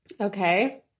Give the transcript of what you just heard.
Okay